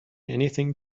anything